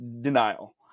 denial